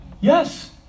Yes